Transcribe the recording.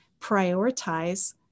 prioritize